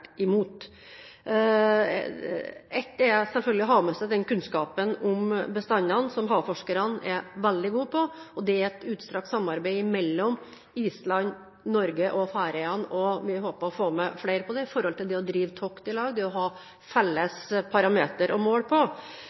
imot. Én ting er selvfølgelig å ha med seg den kunnskapen om bestandene, som havforskerne er veldig gode på. Det er et utstrakt samarbeid mellom Island, Norge og Færøyene. Vi håper å få med flere på det med hensyn til å drive tokt sammen, det å ha felles parametre å måle etter. Men når kvotene skal fastsettes, og